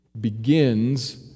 begins